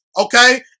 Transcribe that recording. okay